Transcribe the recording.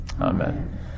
Amen